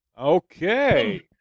Okay